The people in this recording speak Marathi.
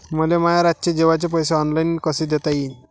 मले माया रातचे जेवाचे पैसे ऑनलाईन कसे देता येईन?